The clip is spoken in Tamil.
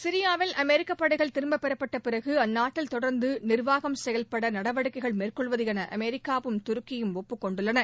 சிரியாவில் அமெரிக்கப் படைகள் திரும்பபெறப்பட்ட பிறகு அந்நாட்டில் தொடர்ந்து நிர்வாகம் செயல்பட நடவடிக்கைகள் மேற்கொள்வது என அமெரிக்காவும் துருக்கியும் ஒப்புக்கொண்டுள்ளன